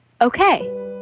okay